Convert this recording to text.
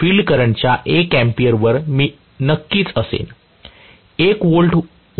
field करंटच्या 1 A वर मी नक्कीच असेन एक उच्च व्होल्टेज उत्पन्न असेल